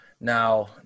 Now